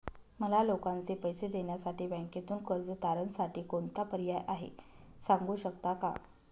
मला लोकांचे पैसे देण्यासाठी बँकेतून कर्ज तारणसाठी कोणता पर्याय आहे? सांगू शकता का?